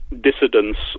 dissidents